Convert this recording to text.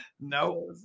No